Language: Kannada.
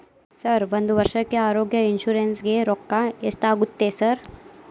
ಸರ್ ಒಂದು ವರ್ಷಕ್ಕೆ ಆರೋಗ್ಯ ಇನ್ಶೂರೆನ್ಸ್ ಗೇ ರೊಕ್ಕಾ ಎಷ್ಟಾಗುತ್ತೆ ಸರ್?